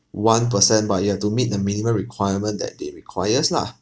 one percent but you have to meet the minimum requirement that they requires lah